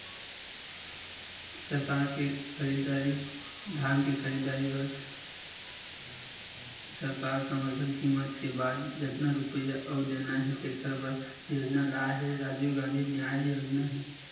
धान के खरीददारी बर सरकार समरथन कीमत के बाद जतना रूपिया अउ देना हे तेखर बर योजना लाए हे योजना राजीव गांधी न्याय योजना हे